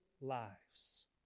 lives